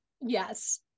Yes